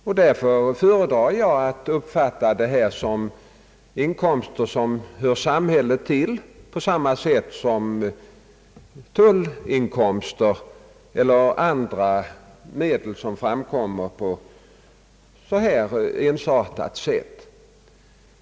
Av den anledningen föredrar jag att uppfatta det så att dessa medel hör samhället till, på samma sätt som tullinkomster eller andra medel som framkommer på liknande sätt.